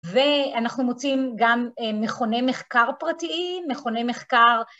ואנחנו מוצאים גם מכוני מחקר פרטיים, מכוני מחקר...